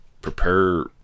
prepare